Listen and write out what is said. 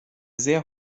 sehr